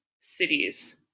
cities